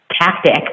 tactic